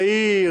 צעיר,